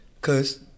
cause